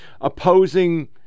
opposing